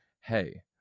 hey